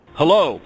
hello